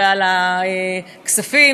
ועל הכספים,